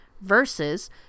versus